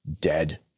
dead